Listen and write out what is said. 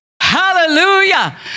Hallelujah